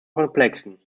komplexen